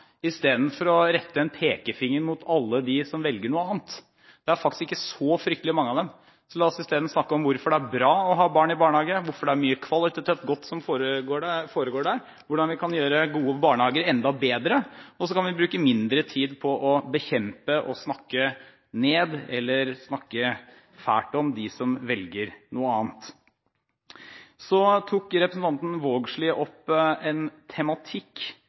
istedenfor å rette en pekefinger mot alle dem som velger noe annet. Det er faktisk ikke så fryktelig mange av dem. La oss isteden snakke om hvorfor det er bra å ha barn i barnehage, hvorfor det er mye kvalitativt godt som foregår der, hvordan vi kan gjøre gode barnehager enda bedre, og så kan vi bruke mindre tid på å bekjempe og snakke fælt om dem som velger noe annet. Representanten Vågslid tok opp en tematikk